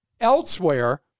elsewhere